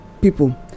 people